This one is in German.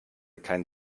kein